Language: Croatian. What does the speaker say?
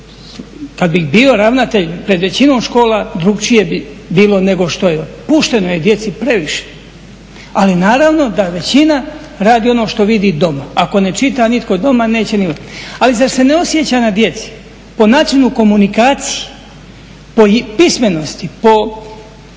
Kad bih bio ravnatelj pred većinom škola drukčije bi bilo nego što je. Pušteno je djeci previše. Ali naravno da većina radi ono što vidi doma. Ako ne čita nitko doma neće ni on. Ali zar se ne osjeća na djeci po načinu komunikacije, po pismenosti?